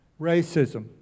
racism